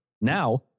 Now